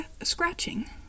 scratching